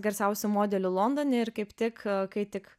garsiausių modelių londone ir kaip tik kai tik